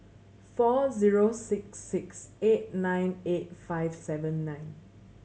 four zero six six eight nine eight five seven nine